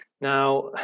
Now